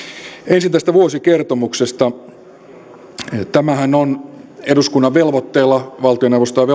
ensin tästä vuosikertomuksesta eduskunnan velvoitteella valtioneuvostoa on